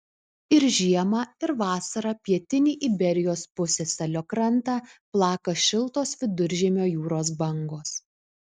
ir žiemą ir vasarą pietinį iberijos pusiasalio krantą plaka šiltos viduržemio jūros bangos